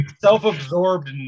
self-absorbed